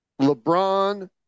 lebron